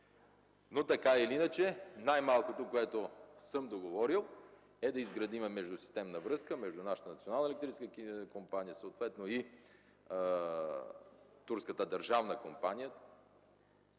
съм разбрал. Най-малкото, което съм договорил, е да изградим междусистемна връзка между нашата Национална електрическа компания и турската държавна компания